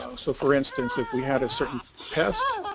ah so for instance if we had a certain pest,